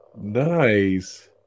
Nice